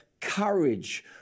courage